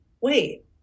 wait